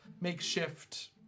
makeshift